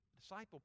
disciple